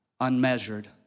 unmeasured